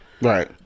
right